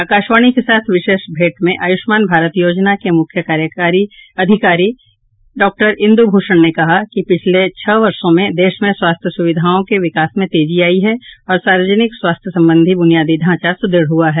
आकाशवाणी के साथ विशेष भेंट में आयुष्मान भारत योजना के मुख्य कार्यकारी अधिकारी डॉक्टर इंदु भूषण ने कहा कि पिछले छह वर्षो में देश में स्वास्थ्य सुविधाओं के विकास में तेजी आयी है और सार्वजनिक स्वास्थ्य संबंधी बुनियादी ढांचा सुदृढ़ हुआ है